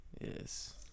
yes